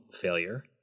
failure